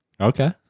Okay